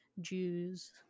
Jews